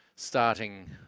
starting